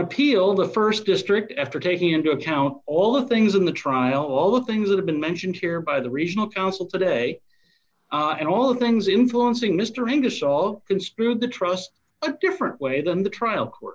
appeal in the st district after taking into account all of the things in the trial all the things that have been mentioned here by the regional council today and all things influencing mr ingersoll construed to trust a different way than the trial court